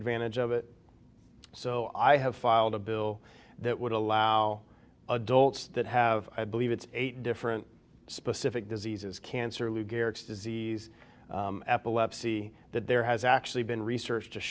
advantage of it so i have filed a bill that would allow adults that have i believe it's eight different specific diseases cancer lou gehrig's disease epilepsy that there has actually been research